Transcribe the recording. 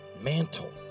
mantle